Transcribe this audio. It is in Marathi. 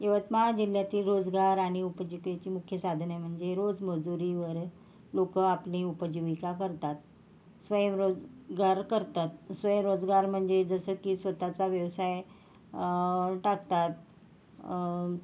यवतमाळ जिल्ह्यातील रोजगार आणि उपजीविकेची मुख्य साधने म्हणजे रोजमजुरीवर लोक आपली उपजीविका करतात स्वयंरोजगार करतात स्वयंरोजगार म्हणजे जसं की स्वतःचा व्यवसाय टाकतात